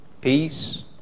peace